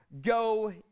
Go